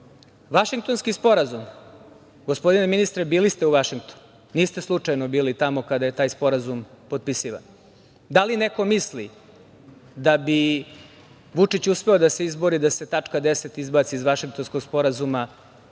planu. Vašingtonski sporazum. Gospodine ministre, bili ste u Vašingtonu? Niste slučajno bili tamo kada je taj sporazum potpisivan. Da li neko misli da bi Vučić uspeo da se izbori, da se tačka 10. izbaci iz Vašingtonskog sporazuma,